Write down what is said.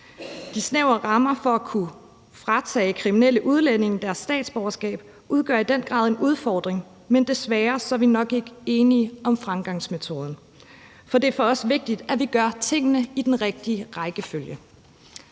De snævre rammer for at kunne fratage kriminelle udlændinge deres statsborgerskab udgør i den grad en udfordring, men desværre er vi nok ikke enige om fremgangsmetoden, for det er vigtigt for os, at vi gør tingene i den rigtige rækkefølge.